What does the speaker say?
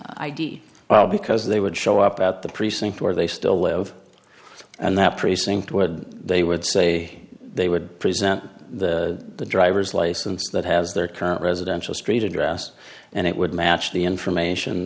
well because they would show up at the precinct where they still live and that precinct where they would say they would present the driver's license that has their current residential street address and it would match the information